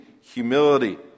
humility